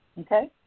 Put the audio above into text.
okay